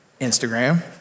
Instagram